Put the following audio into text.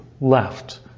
left